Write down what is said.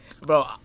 Bro